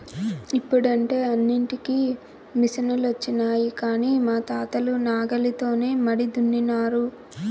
ఇప్పుడంటే అన్నింటికీ మిసనులొచ్చినాయి కానీ మా తాతలు నాగలితోనే మడి దున్నినారు